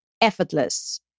effortless